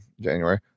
January